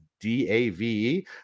Dave